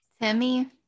Timmy